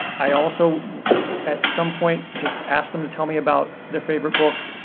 i also at some point just ask them to tell me about their favorite book,